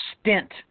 stint